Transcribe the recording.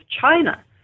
China